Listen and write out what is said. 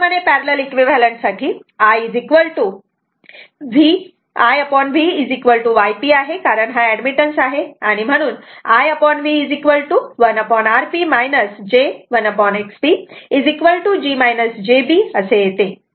त्याचप्रमाणे parallel equivalent साठी IVY P आहे कारण हा एडमिटन्स आहे आणि म्हणून हे IV1Rp j 1XP g jb असे येते